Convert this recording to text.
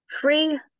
free